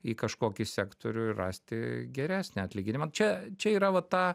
į kažkokį sektorių ir rasti geresnį atlyginimą čia čia yra va ta